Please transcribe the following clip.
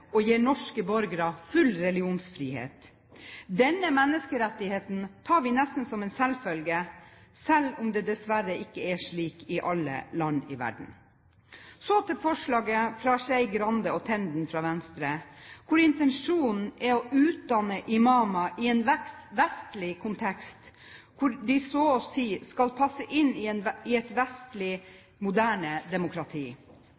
og gir norske borgere full religionsfrihet. Denne menneskerettigheten tar vi nesten som en selvfølge, selv om det dessverre ikke er slik i alle land i verden. Så til forslaget fra Skei Grande og Tenden fra Venstre hvor intensjonen er å utdanne imamer i en vestlig kontekst, hvor de så å si skal passe inn i